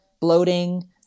bloating